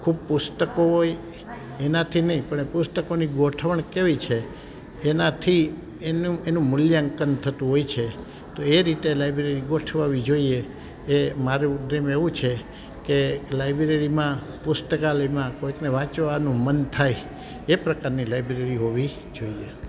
ખૂબ પુસ્તકો હોય એનાથી નહીં પણ એ પુસ્તકોની ગોઠવણી કેવી છે એનાથી એનું મૂલ્યાંકન થતું હોય છે તો એ રીતે લાઈબ્રેરી ગોઠવાવી જોઈએ એ મારું ડ્રીમ એવું છે કે લાઈબ્રેરીમાં પુસ્તકાલયમાં કોઈકને વાંચવાનું મન થાય એ પ્રકારની લાઈબ્રેરી હોવી જોઈએ